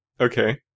Okay